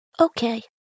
okay